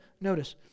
Notice